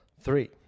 three